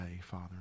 Father